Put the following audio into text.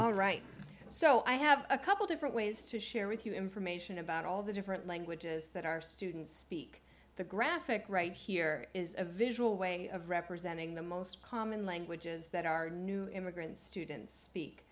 all right so i have a couple different ways to share with you information about all the different languages that our students speak the graphic right here is a visual way of representing the most common languages that are new immigrant students speak